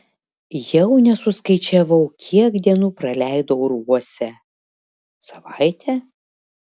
jau nesuskaičiavau kiek dienų praleidau urvuose savaitę